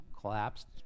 collapsed